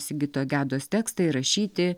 sigito gedos tekstai rašyti